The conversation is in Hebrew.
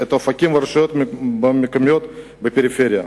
את אופקים ורשויות מקומיות אחרות בפריפריה.